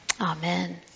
Amen